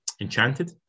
Enchanted